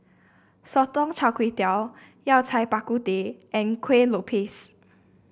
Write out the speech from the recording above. Sotong Char Kway Yao Cai Bak Kut Teh and Kueh Lopes